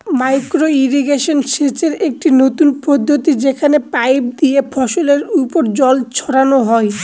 micro irrigation সেচের একটি নতুন পদ্ধতি যেখানে পাইপ দিয়ে ফসলের ওপর জল ছড়ানো হয়